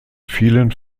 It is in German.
vielen